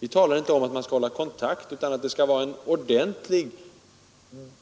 Vi talar inte om att upprätthålla denna kontakt utan om att det skall åstadkommas en ordentlig